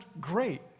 great